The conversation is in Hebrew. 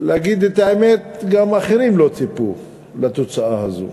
להגיד את האמת, גם אחרים לא ציפו לתוצאה הזו.